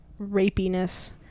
rapiness